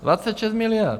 26 miliard.